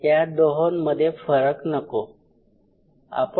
या दोहोंमध्ये फरक नको